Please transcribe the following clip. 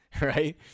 Right